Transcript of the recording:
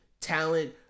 talent